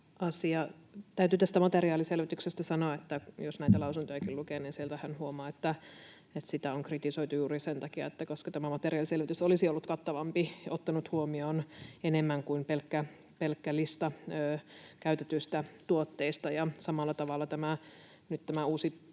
Täytyy tästä materiaaliselvityksestä sanoa, että jos näitä lausuntojakin lukee, niin sieltähän huomaa, että sitä on kritisoitu juuri sen takia, että tämä materiaaliselvitys olisi ollut kattavampi ja ottanut huomioon enemmän kuin pelkkä lista käytetyistä tuotteista, ja nyt tämä uusi